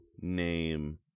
name